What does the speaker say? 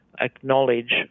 acknowledge